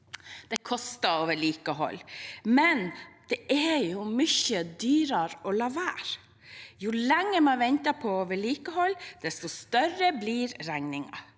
Det koster å vedlikeholde, men det er mye dyrere å la være. Jo lenger man venter på vedlikehold, desto større blir regningen.